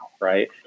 Right